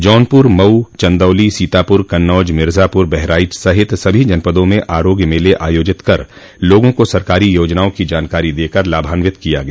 जौनपुर मऊ चंदौली सीतापुर कन्नौज मिर्जापुर बहराइच सहित सभी जनपदो में आरोग्य मेले आयोजित कर लोगों को सरकारी योजनाओं की जानकारी देकर लाभान्वित किया गया